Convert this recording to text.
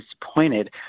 disappointed